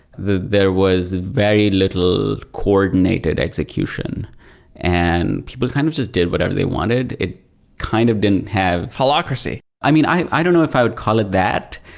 there was very little coordinated execution and people kind of just did whatever they wanted. it kind of didn't have halacracy i mean, i i don't know if i would call it that.